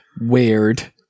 weird